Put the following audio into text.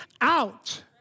out